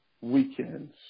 weekends